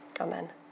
Amen